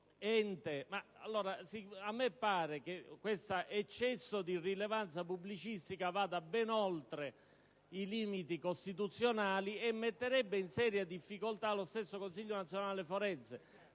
A me pare che questo eccesso di rilevanza pubblicistica vada ben oltre i limiti costituzionali e metterebbe in seria difficoltà lo stesso Consiglio nazionale forense.